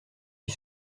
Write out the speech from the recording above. qui